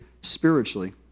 spiritually